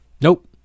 Nope